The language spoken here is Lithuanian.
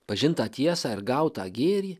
pažintą tiesą ir gautą gėrį